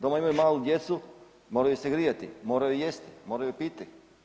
Doma imaju malu djecu, moraju se grijati, moraju jesti, moraju piti.